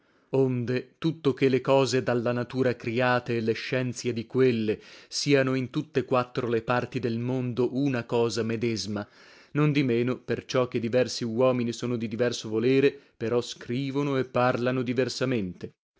onde tutto che le cose dalla natura criate e le scienzie di quelle siano in tutte quattro le parti del mondo una cosa medesma nondimeno perciò che diversi uomini sono di diverso volere però scrivono e parlano diversamente